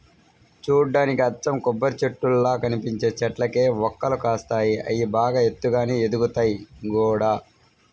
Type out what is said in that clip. చూడ్డానికి అచ్చం కొబ్బరిచెట్టుల్లా కనిపించే చెట్లకే వక్కలు కాస్తాయి, అయ్యి బాగా ఎత్తుగానే ఎదుగుతయ్ గూడా